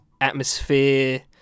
atmosphere